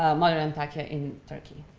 ah modern antakya in turkey.